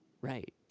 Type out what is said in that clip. Right